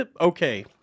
okay